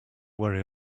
worry